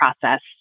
process